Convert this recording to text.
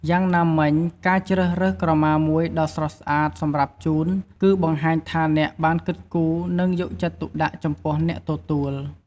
យ៉ាងណាមិញ ការជ្រើសរើសក្រមាមួយដ៏ស្រស់ស្អាតសម្រាប់ជូន គឺបង្ហាញថាអ្នកបានគិតគូរ និងយកចិត្តទុកដាក់ចំពោះអ្នកទទួល។